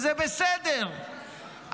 וזה בסדר,